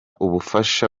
ubufasha